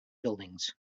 buildings